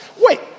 wait